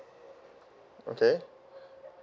okay